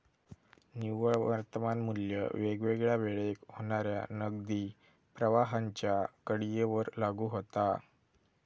निव्वळ वर्तमान मू्ल्य वेगवेगळ्या वेळेक होणाऱ्या नगदी प्रवाहांच्या कडीयेवर लागू होता